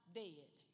dead